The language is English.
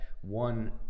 one